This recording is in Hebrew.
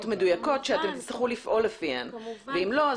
מדויקות שאתם תצטרכו לפעול לפיהם ואם לא,